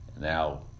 now